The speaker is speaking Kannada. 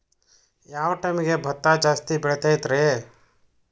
ಯಾವ ಟೈಮ್ಗೆ ಭತ್ತ ಜಾಸ್ತಿ ಬೆಳಿತೈತ್ರೇ?